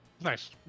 nice